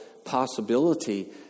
possibility